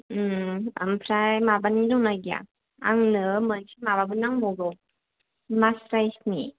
आमफ्राय माबानि दं ना गैया आंनो मोनसे माबाबो नांबावगौ मास्रायसनि